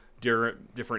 different